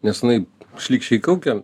nes jinai šlykščiai kaukia